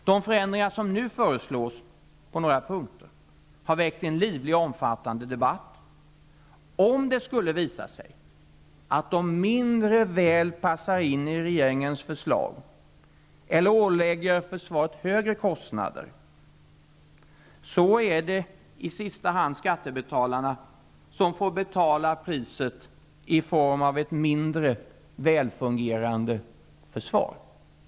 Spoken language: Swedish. De förändringar som nu föreslås på några punkter har väckt en livlig och omfattande debatt. Om det skulle visa sig att de mindre väl passar in i regeringens förslag, eller ålägger försvaret högre kostnader, är det i sista hand skattebetalarna som får betala priset i form av ett mindre välfungerande försvar.